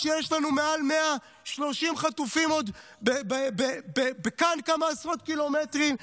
כשעוד יש לנו מעל 130 חטופים כמה עשרות קילומטרים מכאן?